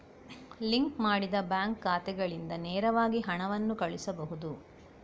link ಮಾಡಿದ bank ಖಾತೆಗಳಿಂದ ನೇರವಾಗಿ ಹಣವನ್ನು ಕಳುಹಿಸಬಹುದು